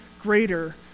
greater